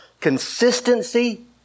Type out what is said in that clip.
consistency